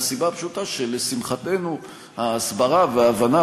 מהסיבה הפשוטה שלשמחתנו ההסברה וההבנה